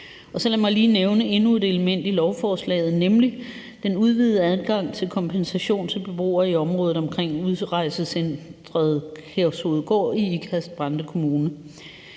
Så lad mig lige nævne endnu et element i lovforslaget, nemlig den udvidede adgang til kompensation til beboere i området omkring udrejsecenteret Kærshovedgård i Ikast-Brande Kommune.